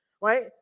right